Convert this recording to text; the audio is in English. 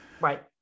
right